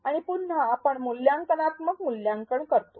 आणि पुन्हा आपण मूल्यांकनात्मक मूल्यांकन करतो